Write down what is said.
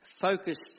focused